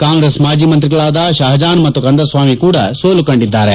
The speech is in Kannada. ಕಾಂಗ್ರೆಸ್ ಮಾಜಿ ಮಂತ್ರಿಗಳಾದ ಶಜಹಾನ್ ಮತ್ತು ಕಂದಸಾಮಿ ಕೂಡ ಸೋಲು ಕಂಡಿದ್ದಾರೆ